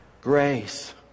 Grace